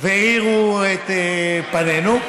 והאירו את עינינו.